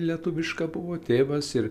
lietuviška buvo tėvas ir